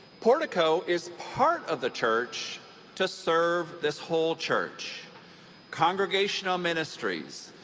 portico is part of the church to serve this whole church congregational ministries,